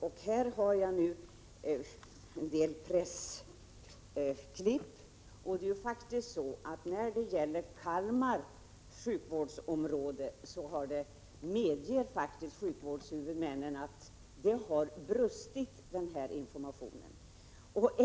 Jag har med mig en del pressklipp, där det framgår att t.ex. sjukvårdshuvudmännen i Kalmars sjukvårdsområde medger att det brustit i informationen på sina håll.